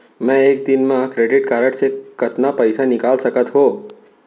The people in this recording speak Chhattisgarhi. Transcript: मैं एक दिन म क्रेडिट कारड से कतना पइसा निकाल सकत हो?